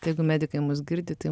tegu medikai mus girdi tai